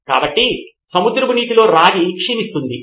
కాబట్టి సముద్రపు నీటిలో రాగి క్షీణిస్తుంది